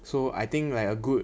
so I think like a good